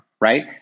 right